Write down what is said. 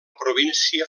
província